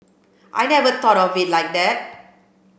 I never thought of it like that